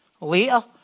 later